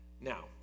Now